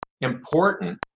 important